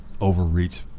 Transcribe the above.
overreach